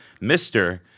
Mr